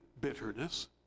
bitterness